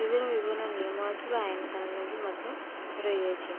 ବିଭିନ୍ନ ବିଭିନ୍ନ ନିୟମ ଅଛି ବା ଆଇନକାନୁନ ବି ମଧ୍ୟ ରହିଅଛି